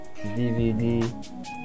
DVD